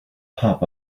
pop